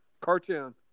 cartoon